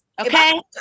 okay